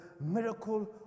miracle